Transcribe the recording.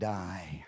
die